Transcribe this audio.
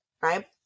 right